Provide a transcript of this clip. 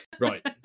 Right